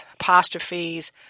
apostrophes